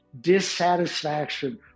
dissatisfaction